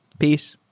peace.